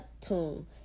tomb